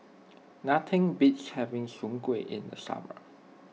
nothing beats having Soon Kuih in the summer